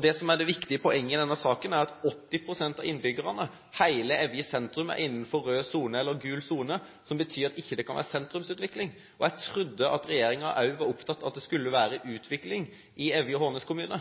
Det som er det viktige poenget i denne saken, er at 80 pst. av innbyggerne, hele Evje sentrum, er innenfor rød eller gul sone, noe som betyr at det ikke kan være sentrumsutvikling. Jeg trodde at regjeringen også var opptatt av at det skulle være utvikling i Evje og Hornnes kommune.